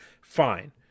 fine